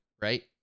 right